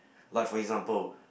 like for example